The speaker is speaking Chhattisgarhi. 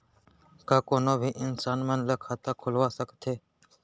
का कोनो भी इंसान मन ला खाता खुलवा सकथे?